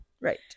Right